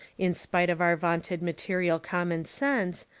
in despite of our vaunted material common-sense,